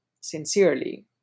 Sincerely